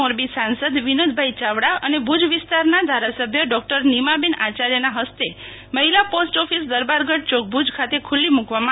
મોરબી સાંસદ શ્રી વિનોદભાઇ ચાવડા અને ભુજ વિસ્તારના ધારાસભ્ય ડોનીમાબેન આચાર્થના ફસ્તે મહિલા post office Darbargadh Chowk Bhuj ખાતે ખુલ્લી મૂકવામાં